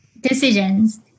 decisions